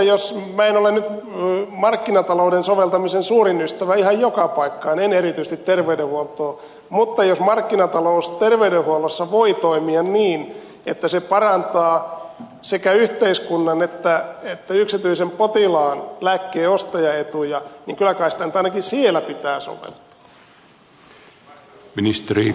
minä nyt en ole markkinatalouden soveltamisen suurin ystävä enkä ensimmäisenä soveltaisi sitä ihan joka paikkaan en erityisesti terveydenhuoltoon mutta jos markkinatalous terveydenhuollossa voi toimia niin että se parantaa sekä yhteiskunnan että yksityisen potilaan lääkkeenostajan etuja niin kyllä kai sitä nyt ainakin siellä pitää soveltaa